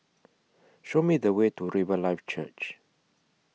Show Me The Way to Riverlife Church